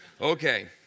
Okay